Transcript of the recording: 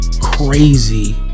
crazy